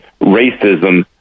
racism